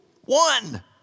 one